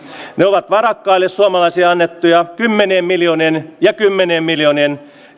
ovat varakkaille suomalaisille annettuja kymmenien miljoonien ja taas kymmenien miljoonien